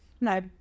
No